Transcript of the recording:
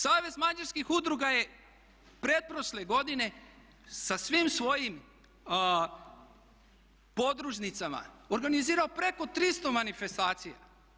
Savez mađarskih udruga je pretprošle godine sa svim svojim podružnicama organizirao preko 300 manifestacija.